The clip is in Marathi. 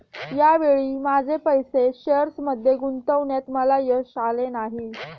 या वेळी माझे पैसे शेअर्समध्ये गुंतवण्यात मला यश आले नाही